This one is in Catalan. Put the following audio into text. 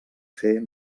fer